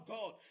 God